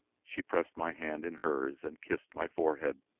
she pressed my hand in hers, and kissed my forehead.